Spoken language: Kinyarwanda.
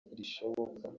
rishoboka